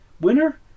Winner